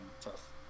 tough